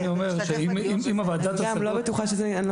אני מבין שאפילו